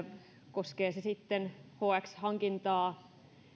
koskee se sitten hx hankintaa